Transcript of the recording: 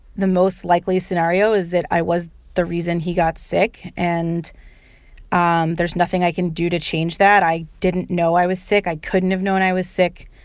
the most likely scenario is that i was the reason he got sick. and um there's nothing i can do to change that. i didn't know i was sick. i couldn't have known i was sick.